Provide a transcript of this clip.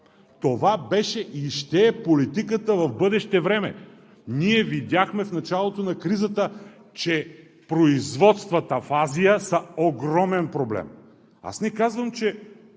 Това беше и ще е политиката в бъдеще време. Ние видяхме в началото на кризата, че производствата в Азия са огромен проблем. Не казвам, че